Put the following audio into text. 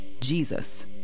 Jesus